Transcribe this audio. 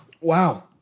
Wow